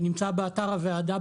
ונמצא באתר הוועדה,